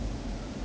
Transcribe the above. um